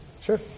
Sure